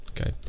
okay